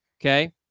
okay